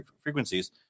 frequencies